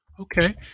Okay